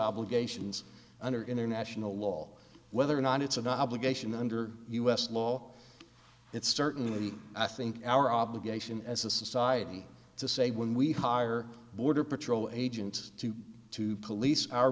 obligations under international law whether or not it's an obligation under u s law it's certainly i think our obligation as a society to say when we hire border patrol agents to to police